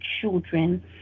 children